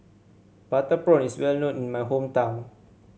Butter Prawn is well known in my hometown